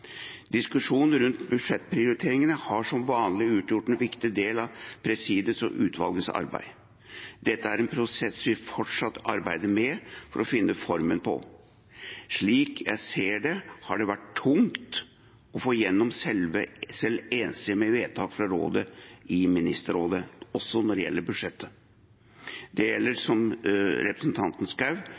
rundt budsjettprioriteringene har som vanlig utgjort en viktig del av presidiets og utvalgenes arbeid. Dette er en prosess vi fortsatt arbeider med å finne formen på. Slik jeg ser det, har det vært tungt å få igjennom selv enstemmige vedtak fra Rådet i Ministerrådet, også når det gjelder budsjettet. Det gjelder f.eks., som representanten